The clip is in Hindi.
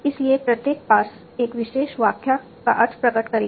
इसलिए प्रत्येक पार्स एक विशेष व्याख्या का अर्थ प्रकट करेगी